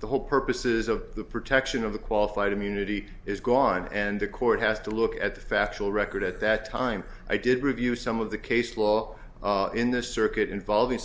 the whole purposes of the protection of the qualified immunity is gone and the court has to look at the factual record at that time i did review some of the case law in the circuit involving